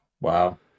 wow